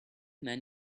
man